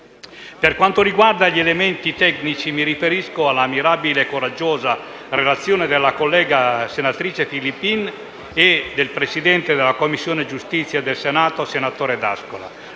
Per quanto riguarda gli elementi tecnici - mi riferisco alla mirabile e coraggiosa relazione della collega, senatrice Filippin, e del presidente della Commissione giustizia del Senato, senatore D'Ascola